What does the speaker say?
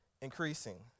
increasing